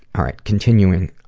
alright continuing.